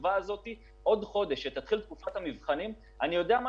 עוד חודש כשתתחיל תקופת המבחנים אני יודע מה